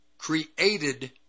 created